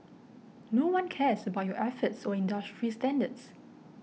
no one cares about your efforts or industry standards